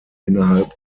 innerhalb